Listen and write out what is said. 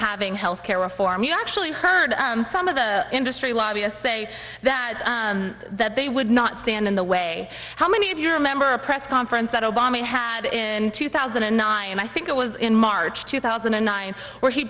having health care reform you actually heard some of the industry lobbyists say that that they would not stand in the way how many of you remember a press conference that obama had in two thousand and nine and i think it was in march two thousand and nine where he